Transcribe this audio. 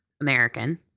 American